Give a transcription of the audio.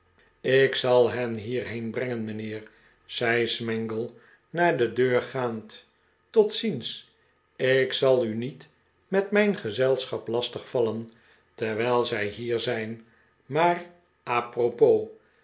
ik zal hen hierheen brengen mijnheer zei smangle naar de deur gaande tot ziens ik zal u niet met mijn gezelschap lastig vallen terwijl zij hier zijn maar a propos